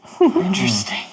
Interesting